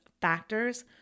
factors